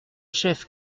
chef